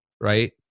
right